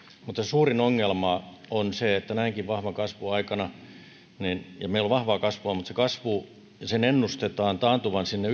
mutta se suurin ongelma on se että näinkin vahvan kasvun aikana meillä on vahvaa kasvua mutta sen ennustetaan taantuvan sinne